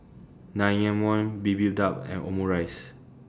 and Omurice